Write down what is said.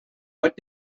but